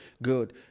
Good